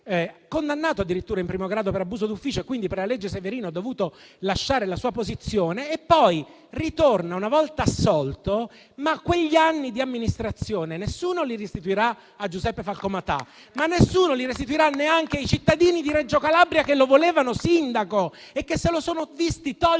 condannato addirittura in primo grado per abuso d'ufficio, quindi per la legge Severino aveva dovuto lasciare la sua posizione. Poi è ritornato, una volta assolto, ma quegli anni di amministrazione nessuno li restituirà a Giuseppe Falcomatà e nessuno li restituirà neanche ai cittadini di Reggio Calabria che lo volevano sindaco e che se lo sono visti togliere